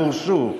גורשו,